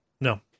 No